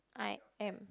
I am